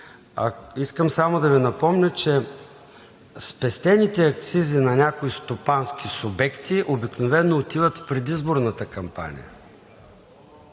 Искам само да Ви напомня, че спестените акцизи на някои стопански субекти обикновено отиват в предизборната кампания.